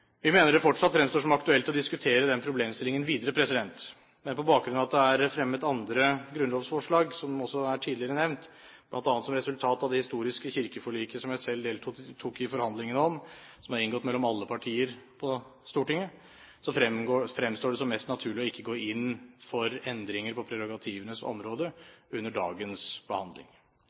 aktuelt å diskutere den problemstillingen videre. Men på bakgrunn av at det er fremmet andre grunnlovsforslag, som også er nevnt tidligere, bl.a. som resultat av det historiske kirkeforliket, som jeg selv deltok i forhandlingene om, som er inngått mellom alle partier på Stortinget, fremstår det som mest naturlig ikke å gå inn for endringer på prerogativenes område under dagens behandling.